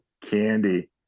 candy